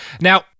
Now